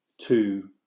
two